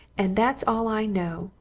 and that's all i know,